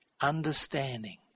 Understanding